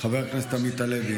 חבר הכנסת עמית הלוי,